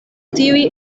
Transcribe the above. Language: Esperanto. tiuj